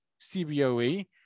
CBOE